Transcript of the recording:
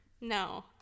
No